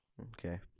Okay